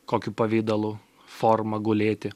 kokiu pavidalu forma gulėti